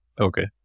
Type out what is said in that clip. Okay